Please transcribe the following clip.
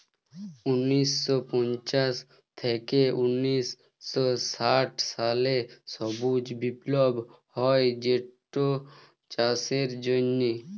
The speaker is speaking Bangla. উনিশ শ পঞ্চাশ থ্যাইকে উনিশ শ ষাট সালে সবুজ বিপ্লব হ্যয় যেটচাষের জ্যনহে